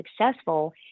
successful